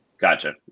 Gotcha